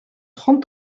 trente